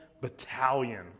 battalion